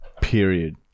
Period